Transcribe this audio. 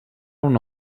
una